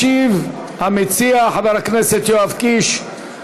ישיב המציע, חבר הכנסת יואב קיש.